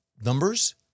numbers